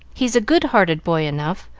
he's a good-hearted boy enough,